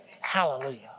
Hallelujah